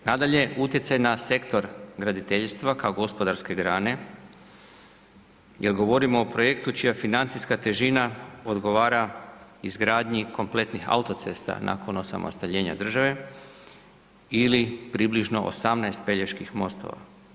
Nadalje, utjecaj na sektor graditeljstva kao gospodarske grane, jer govorimo o projektu čija financijska težina odgovara izgradnji kompletnih autocesta nakon osamostaljenja države ili približno 18 Peljeških mostova.